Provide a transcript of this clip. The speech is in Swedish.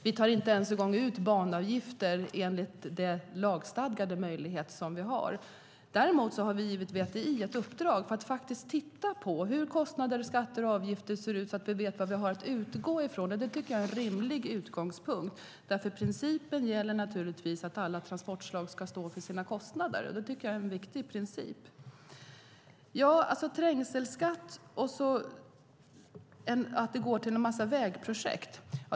Vi tar inte ens en gång ut banavgifter enligt den lagstadgade möjlighet vi har. Däremot har vi givit VTI ett uppdrag att titta på hur kostnader, skatter och avgifter ser ut så vi vet vad vi har att utgå från. Det är en rimlig utgångspunkt. Principen är att alla transportslag ska stå för sina kostnader. Det är en viktig princip. Jens Holm sade att trängselskatt går till en massa vägprojekt.